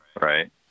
right